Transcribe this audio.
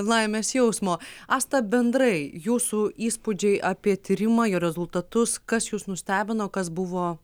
laimės jausmo asta bendrai jūsų įspūdžiai apie tyrimą jo rezultatus kas jus nustebino kas buvo